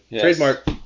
trademark